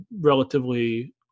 relatively